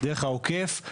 דרך העוקף,